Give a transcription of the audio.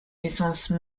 naissance